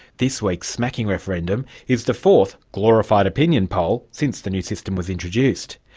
this week's smacking referendum is the fourth glorified opinion poll since the new system was introduced.